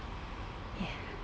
ya